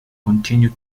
continue